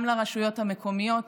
גם לרשויות המקומיות,